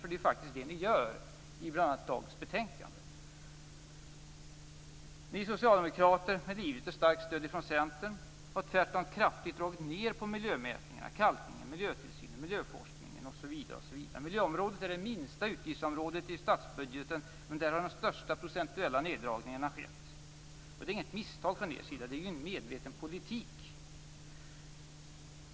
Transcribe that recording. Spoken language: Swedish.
Det är ju faktiskt det ni gör i bl.a. Ni socialdemokrater, med ivrigt och starkt stöd från Centern, har tvärtom kraftigt dragit ned på miljömätningar, kalkningar, miljötillsyn, miljöforskning osv. Miljöområdet är det minsta utgiftsområdet i statsbudgeten. Men där har de största procentuella neddragningarna skett. Det är inte något misstag från er sida. Det är en medveten politik.